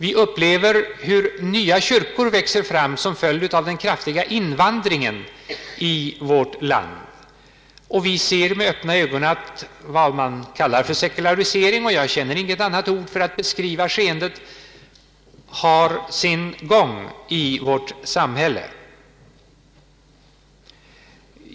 Vi upplever hur nya kyrkor växer fram som en följd av den kraftiga invandringen till vårt land, och vi ser med öppna ögon hur det vi kallar sekulariseringen — jag känner inte till något annat ord för att beskriva skeendet — har sin gång i vårt samhälle.